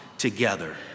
together